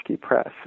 Press